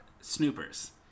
snoopers